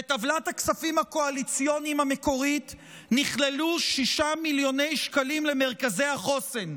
בטבלת הכספים הקואליציוניים המקורית נכללו 6 מיליון שקלים למרכזי החוסן,